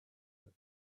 that